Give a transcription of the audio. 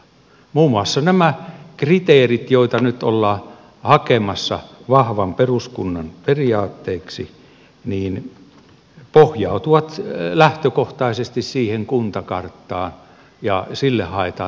muun muassa nämä kriteerit joita nyt ollaan hakemassa vahvan peruskunnan periaatteiksi pohjautuvat lähtökohtaisesti siihen kuntakarttaan ja sille haetaan todisteita